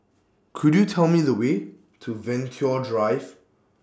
Could YOU Tell Me The Way to Venture Drive